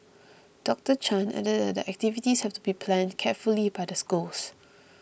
Doctor Chan added that the activities have to be planned carefully by the schools